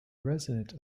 resident